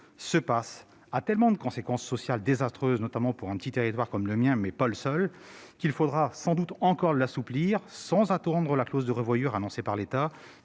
ce passe a tant de conséquences sociales désastreuses, notamment dans un petit territoire comme le mien, qu'il faudra encore l'assouplir sans attendre la clause de revoyure annoncée par l'État